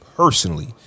Personally